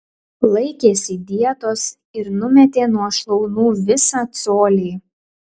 laikėsi dietos ir numetė nuo šlaunų visą colį